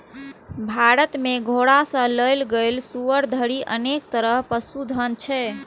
भारत मे घोड़ा सं लए कए सुअर धरि अनेक तरहक पशुधन छै